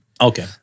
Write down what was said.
Okay